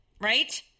right